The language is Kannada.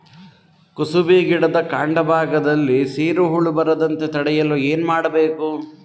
ಕುಸುಬಿ ಗಿಡದ ಕಾಂಡ ಭಾಗದಲ್ಲಿ ಸೀರು ಹುಳು ಬರದಂತೆ ತಡೆಯಲು ಏನ್ ಮಾಡಬೇಕು?